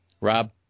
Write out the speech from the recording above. Rob